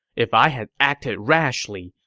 if i had acted rashly,